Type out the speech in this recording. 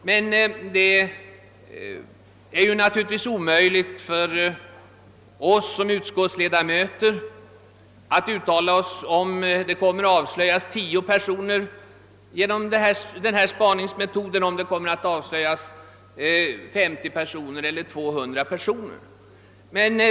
Men det är naturligtvis omöjligt för oss som utskottsledamöter att uttala oss i frågan om huruvida denna spaningsmetod kommer att göra det möjligt att avslöja 10 personer, 50 personer eller 200 personer.